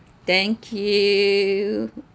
thank you